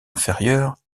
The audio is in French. inférieures